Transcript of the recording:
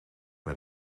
met